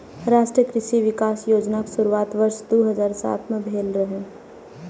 राष्ट्रीय कृषि विकास योजनाक शुरुआत वर्ष दू हजार सात मे भेल रहै